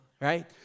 right